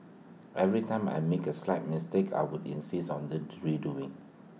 every time I make A slight mistake I would insist on this redoing